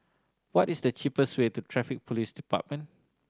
what is the cheapest way to Traffic Police Department